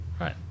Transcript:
Right